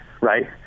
right